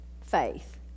faith